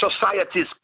societies